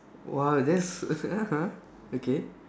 !wow! that's (uh huh) okay